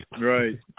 right